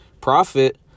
profit